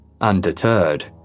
Undeterred